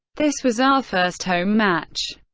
this was our first home match!